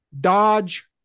dodge